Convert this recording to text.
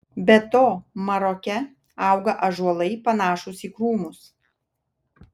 be to maroke auga ąžuolai panašūs į krūmus